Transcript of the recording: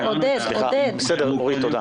סליחה, עודד -- בסדר, אורית, תודה.